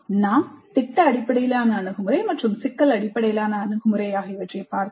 நாம் திட்ட அடிப்படையிலான அணுகுமுறை மற்றும் சிக்கல் அடிப்படையிலான அணுகுமுறை ஆகியவற்றை பார்த்தோம்